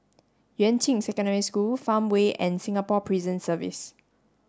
Yuan Ching Secondary School Farmway and Singapore Prison Service